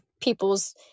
people's